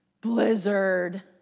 Blizzard